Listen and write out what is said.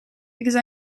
because